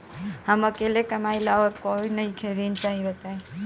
हम अकेले कमाई ला और कोई नइखे ऋण चाही बताई?